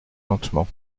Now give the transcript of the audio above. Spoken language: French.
lentement